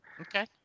Okay